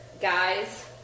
guys